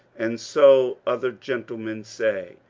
and so other gentlemen say.